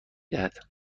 دهد